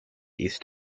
east